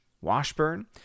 Washburn